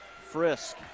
Frisk